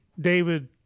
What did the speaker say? David